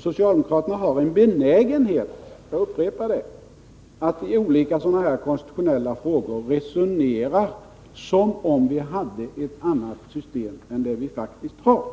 Socialdemokraterna har en benägenhet — jag upprepar det —-att i olika konstitutionella frågor resonera som om vi hade ett annat system än det vi faktiskt har.